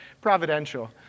providential